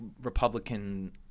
Republican